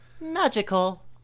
magical